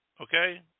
Okay